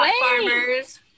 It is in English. farmers